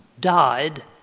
died